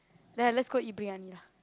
ya let's go eat briyani lah